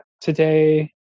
today